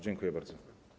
Dziękuję bardzo.